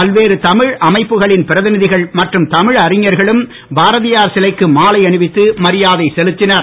பல்வேறு தமிழ் அமைப்புகளின் பிரதிநிதிகள் மற்றும் தமிழ் அறிஞர்களும் பாரதியார் சிலைக்கு மாலை அணிவித்து மரியாதை செலுத்தினர்